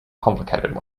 complicated